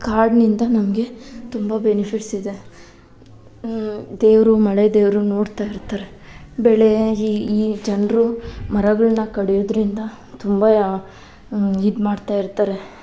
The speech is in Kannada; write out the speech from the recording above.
ಕಾಡಿನಿಂದ ನಮಗೆ ತುಂಬ ಬೆನಿಫಿಟ್ಸ್ ಇದೆ ದೇವರು ಮಳೆ ದೇವರು ನೋಡ್ತಾಯಿರ್ತಾರೆ ಬೆಳೆ ಈ ಈ ಜನರು ಮರಗಳನ್ನ ಕಡೆಯೋದ್ರಿಂದ ತುಂಬ ಇದು ಮಾಡ್ತಾಯಿರ್ತಾರೆ